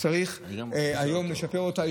צריך היום לשפר אותה.